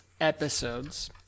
episodes